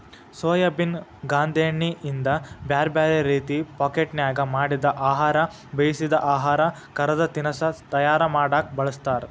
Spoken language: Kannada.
ಸೋಯಾಬೇನ್ ಗಾಂದೇಣ್ಣಿಯಿಂದ ಬ್ಯಾರ್ಬ್ಯಾರೇ ರೇತಿ ಪಾಕೇಟ್ನ್ಯಾಗ ಮಾಡಿದ ಆಹಾರ, ಬೇಯಿಸಿದ ಆಹಾರ, ಕರದ ತಿನಸಾ ತಯಾರ ಮಾಡಕ್ ಬಳಸ್ತಾರ